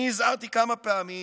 אני הזהרתי כמה פעמים